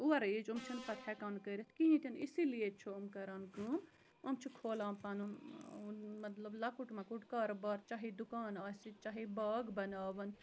over age یِم چھِنہٕ پَتہٕ ہٮ۪کان کٔرِتھ کِہیٖنۍ تہِ نہٕ اسی لیے چھُ یِم کَران کٲم یِم چھِ کھولان پَنُن مطلب لَکُٹ مَکُٹ کاربار چاہے دُکان آسہِ چاہے باغ بَناوَن